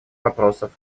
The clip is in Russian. вопросов